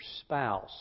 spouse